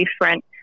different